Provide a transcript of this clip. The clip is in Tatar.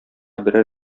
берәр